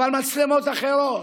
אבל מצלמות אחרות,